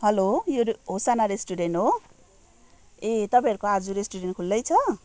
hello यो Hosanna restaurant हो ए तपाईँहरूको आज रेस्टुरेन्ट खुलै छ